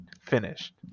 finished